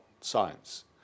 science